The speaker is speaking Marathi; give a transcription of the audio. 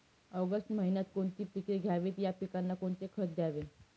ऑगस्ट महिन्यात कोणती पिके घ्यावीत? या पिकांना कोणते खत द्यावे?